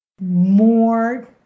more